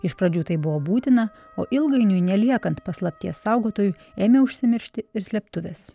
iš pradžių tai buvo būtina o ilgainiui neliekant paslapties saugotojų ėmė užsimiršti ir slėptuvės